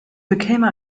bekäme